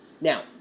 Now